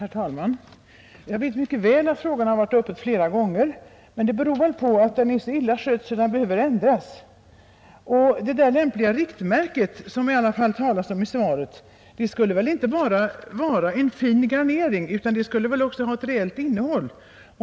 Herr talman! Jag vet mycket väl att frågan har varit uppe flera gånger, men det beror nog på att den är så illa skött att det behövs en ändring. Och det där lämpliga riktmärket, som det i alla fall talas om i svaret, skulle väl inte bara vara en fin garnering utan också ha ett reellt innehåll.